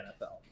NFL